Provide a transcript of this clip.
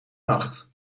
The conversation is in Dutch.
nacht